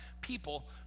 people